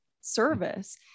service